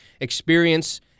experience